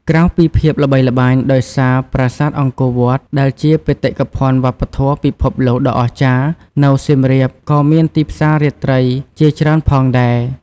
ក្រៅពីភាពល្បីល្បាញដោយសារប្រាសាទអង្គរវត្ត ដែលជាបេតិកភណ្ឌវប្បធម៌ពិភពលោកដ៏អស្ចារ្យ នៅសៀមរាបក៏មានទីផ្សាររាត្រីជាច្រើនផងដែរ។